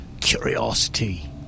curiosity